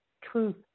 truth